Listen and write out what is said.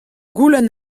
goulenn